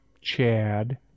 Chad